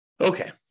Okay